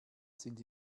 sind